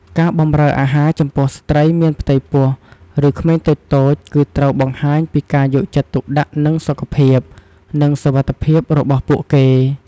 ការបម្រើអាហារចំពោះស្ត្រីមានផ្ទៃពោះ ឬក្មេងតូចៗ គឺត្រូវបង្ហាញពី ការយកចិត្តទុកដាក់នឹងសុខភាព និងសុវត្ថិភាព របស់ពួកគេ។